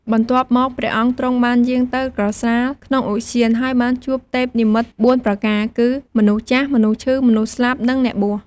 បន្ទាប់មកព្រះអង្គទ្រង់បានយាងទៅក្រសាលក្នុងឧទ្យាន ហើយបានជួបទេពនិមិត្ត ៤ ប្រការគឺ មនុស្សចាស់ មនុស្សឈឺ មនុស្សស្លាប់ និងអ្នកបួស ។